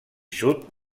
sud